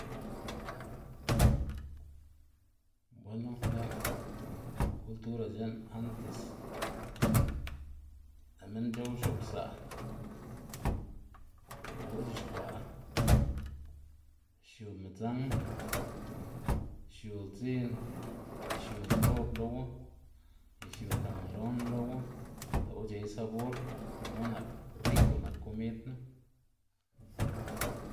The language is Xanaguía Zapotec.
Bueno ne'g cultura c̲h̲e'n antes lë' minn c̲h̲ow x̱o'bza', lë'wu c̲h̲uxkwa' xiu midzanj, xiu ldzin y xiu nkob lowu y xiu kamaron lowu, lë'wu c̲h̲ey sabor gunu nak riko nak komid knu.